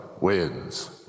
wins